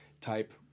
type